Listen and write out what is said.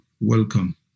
welcome